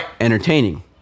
entertaining